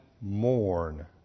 mourn